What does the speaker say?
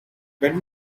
when